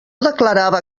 declarava